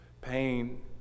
pain